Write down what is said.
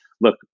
look